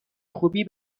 خوبی